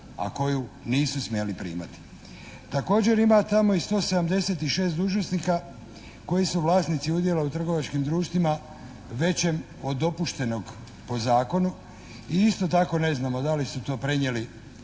a koju nisu smjeli primati. Također ima tamo i 176 dužnosnika koji su vlasnici udjela u trgovačkim društvima većem od dopuštenog po zakonu i isto tako ne znamo da li su to prenijeli